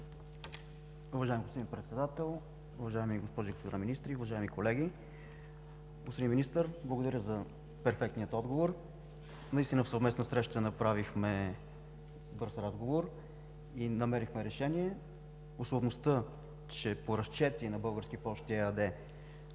Уважаеми господин Председател, уважаеми господа министри, уважаеми колеги! Господин Министър, благодаря за перфектния отговор. Наистина в съвместна среща направихме бърз разговор и намерихме решение. По разчети на „Български пощи“ ЕАД